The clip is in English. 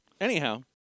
Anyhow